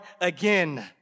again